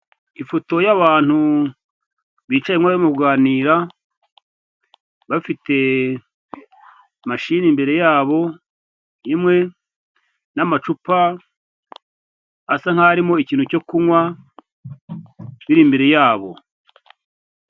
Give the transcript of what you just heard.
Ifoto y'abantu bicaye hamwe bari kuganira, bafite mashine imbere yabo imwe, n'amacupa asa nkaho arimo ikintu cyo kunywa biri imbere yabo.